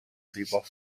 vivo